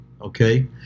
Okay